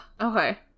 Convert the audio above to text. okay